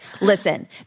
listen